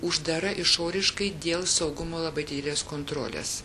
uždara išoriškai dėl saugumo labai didelės kontrolės